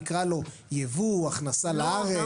נקרא לו ייבוא או הכנסה לארץ --- לא,